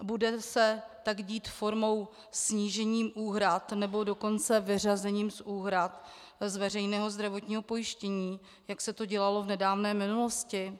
Bude se tak dít formou snížení úhrad, nebo dokonce vyřazením úhrad z veřejného zdravotního pojištění, jak se to dělalo v nedávné minulosti?